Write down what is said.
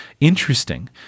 interesting